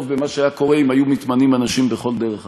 ממה שהיה קורה אם היו מתמנים אנשים בכל דרך אחרת.